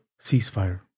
ceasefire